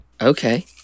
Okay